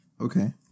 Okay